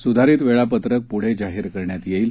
सुधारित वेळापत्रक पुढे जाहीर करण्यात येईल